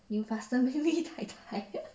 you faster make me tai tai